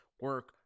Work